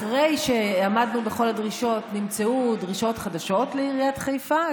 אחרי שעמדנו בכל הדרישות נמצאו דרישות חדשות לעיריית חיפה.